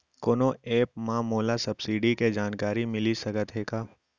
कोनो एप मा मोला सब्सिडी के जानकारी मिलिस सकत हे का?